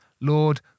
Lord